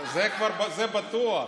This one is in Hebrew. זה בטוח.